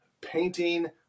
painting